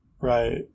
Right